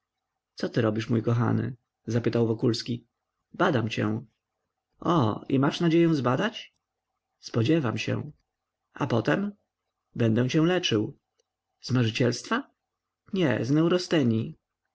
co ty robisz mój kochany zapytał wokulski badam cię o i masz nadzieję zbadać spodziewam się a potem będę cię leczył z marzycielstwa nie z